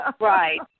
Right